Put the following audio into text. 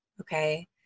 okay